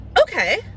okay